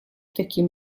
таким